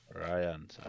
Ryan